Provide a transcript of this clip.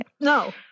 no